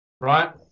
right